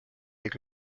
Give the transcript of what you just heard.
avec